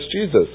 Jesus